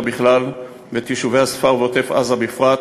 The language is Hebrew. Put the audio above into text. בכלל ואת יישובי הספר ועוטף-עזה בפרט,